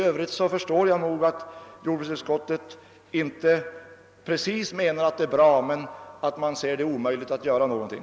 Jag förstår nog att jordbruksutskottet inte precis menar att det är bra som det är, men utskottet säger ändå att det är omöjligt att göra någonting.